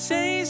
Say